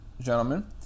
gentlemen